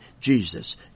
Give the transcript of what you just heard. Jesus